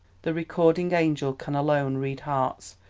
the recording angel can alone read hearts,